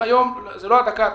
היום זה לא הדקה ה-90,